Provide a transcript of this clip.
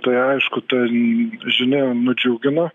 tai aišku ta žinia nudžiugino